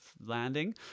landing